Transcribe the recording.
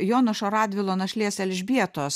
jonušo radvilo našlės elžbietos